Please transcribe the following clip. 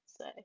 say